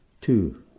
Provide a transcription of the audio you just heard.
two